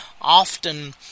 Often